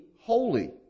holy